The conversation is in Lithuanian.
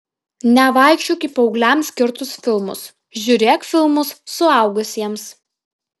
nevaikščiok į paaugliams skirtus filmus žiūrėk filmus suaugusiems